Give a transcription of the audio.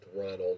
Ronald